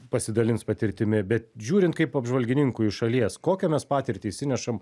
pasidalins patirtimi bet žiūrint kaip apžvalgininkui iš šalies kokią mes patirtį išsinešam